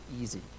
easy